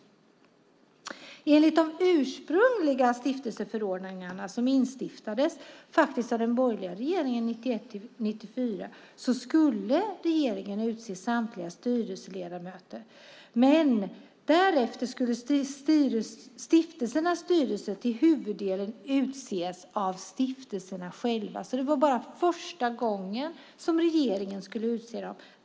Enligt de ursprungliga stiftelseförordningarna, som faktiskt instiftades av den borgerliga regeringen 1991-1994, skulle regeringen utse samtliga styrelseledamöter. Men därefter skulle stiftelsernas styrelser till huvuddelen utses av stiftelserna själva. Det var bara första gången som regeringen skulle utse dem.